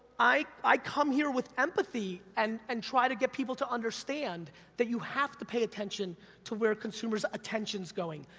i i come here with empathy and and try to get people to understand that you have to pay attention to where consumer's attention's going.